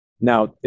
Now